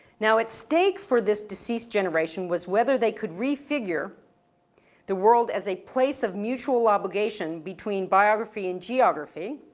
now at stake for this deceased generation was whether they could refigure the world as a place of mutual obligation, between biography and geography.